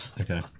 Okay